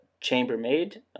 chambermaid